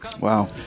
Wow